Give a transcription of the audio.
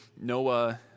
Noah